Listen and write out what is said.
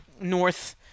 north